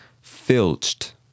Filched